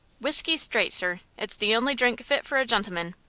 whiskey straight, sir. it's the only drink fit for a gentleman.